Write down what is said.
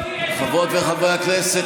חברות וחברי הכנסת,